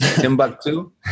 Timbuktu